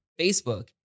Facebook